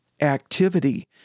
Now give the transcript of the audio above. activity